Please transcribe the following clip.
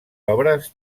obres